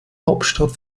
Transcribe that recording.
hauptstadt